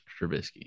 Trubisky